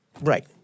Right